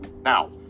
Now